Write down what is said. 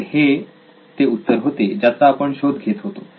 तर हे ते उत्तर होते ज्याचा आपण शोध घेत होतो